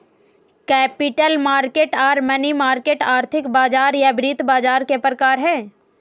capital market आर money market आर्थिक बाजार या वित्त बाजार के प्रकार हय